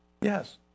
Yes